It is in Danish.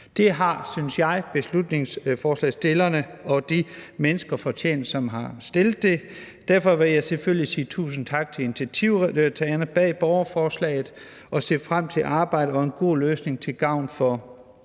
Det har, synes jeg, forslagsstillerne og menneskene bag det har fortjent. Derfor vil jeg selvfølgelig sige tusind tak til initiativtagerne bag borgerforslaget og se frem til arbejdet med en god løsning til gavn for